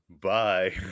Bye